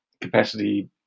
capacity